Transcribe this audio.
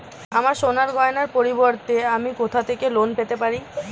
আমার সোনার গয়নার পরিবর্তে আমি কোথা থেকে লোন পেতে পারি?